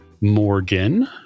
Morgan